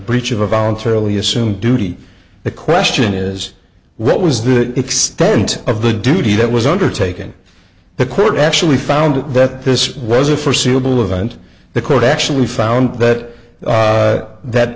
breach of a voluntarily assumed duty the question is what was the extent of the duty that was undertaken by the court actually found that this was a forseeable event the court actually found that that th